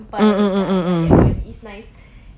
mm mm mm mm mm